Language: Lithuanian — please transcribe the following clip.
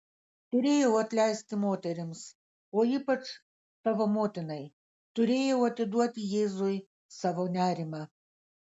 turėjau atleisti moterims o ypač savo motinai turėjau atiduoti jėzui savo nerimą